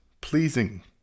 pleasing